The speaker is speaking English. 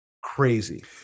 crazy